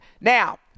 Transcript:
Now